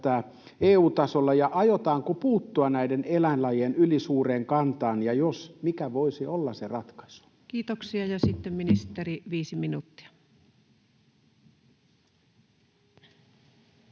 herättää EU-tasolla, ja aiotaanko puuttua näiden eläinlajien ylisuureen kantaan? Jos aiotaan, mikä voisi olla se ratkaisu? Kiitoksia. — Sitten ministeri, viisi minuuttia.